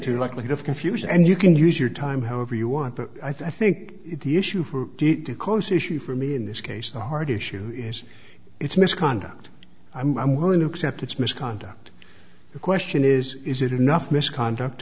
to likelihood of confusion and you can use your time however you want but i think the issue for it because the issue for me in this case the hard issue is its misconduct i'm willing to accept its misconduct the question is is it enough misconduct